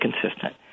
consistent